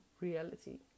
reality